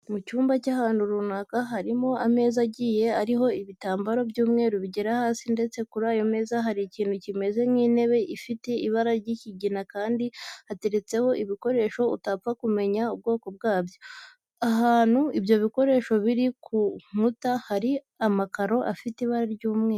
Mu cyumba cy'ahantu runaka harimo ameza agiye ariho ibitambaro by'umweru bigera hasi ndetse kuri ayo meza hari ikintu kimeze nk'intebe ifite ibara ry'ikigina kandi hateretseho ibikoresho utapfa kumenya ubwoko bwabyo. Ahantu ibyo bikoresho biri ku nkuta hari amakaro afite ibara ry'umweru.